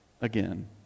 again